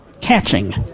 catching